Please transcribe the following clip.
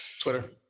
Twitter